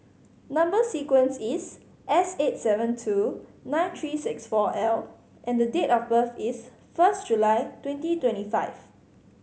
number sequence is S eight seven two nine three six four L and date of birth is first July twenty twenty five